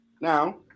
Now